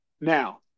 Now